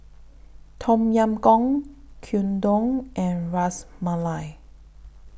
Tom Yam Goong Gyudon and Ras Malai